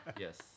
Yes